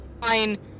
Fine